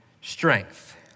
strength